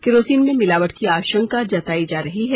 kerosene में मिलावट की आशंका जताई जा रही है